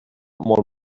molt